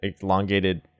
elongated